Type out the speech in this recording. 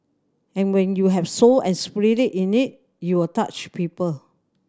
and when you have soul and in it you will touch people